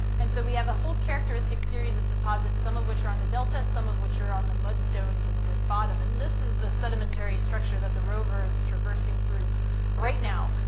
and so we have a whole characteristic series of deposits, some of which are on the delta, some of which are on the mudstones and the lake bottom. and this is the sedimentary structure that the rover is traversing through right now.